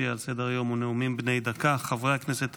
שעה 10:00 תוכן העניינים נאומים בני דקה 6 משה